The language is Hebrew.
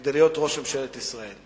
כדי להיות ראש ממשלת ישראל.